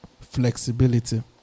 flexibility